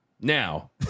Now